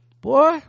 boy